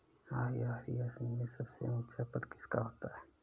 IRS में सबसे ऊंचा पद किसका होता है?